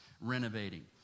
renovating